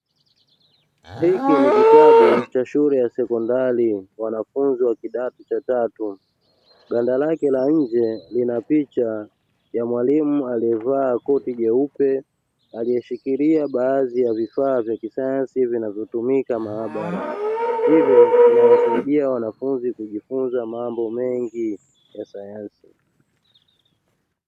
Hiki ni kitabu cha shule ya sekondari; wanafunzi wa kidato cha tatu. Ganda lake lina picha ya mwalimu aliyevaa koti jeupe, aliyeshikilia baadhi ya vifaa vya kisayansi vinavyotumika maabara, hivyo vinawasaidia wanafunzi kujifunza mambo mengi ya sayansi.